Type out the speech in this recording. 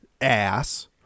ass